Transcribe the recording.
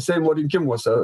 seimo rinkimuose